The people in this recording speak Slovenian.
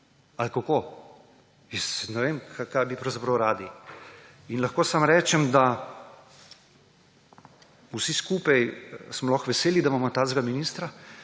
ali kako? Jaz ne vem, kaj bi pravzaprav radi. Lahko samo rečem, da vsi skupaj smo lahko veseli, da imamo takšnega ministra,